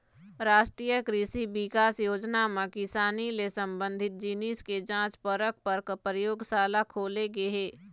रास्टीय कृसि बिकास योजना म किसानी ले संबंधित जिनिस के जांच परख पर परयोगसाला खोले गे हे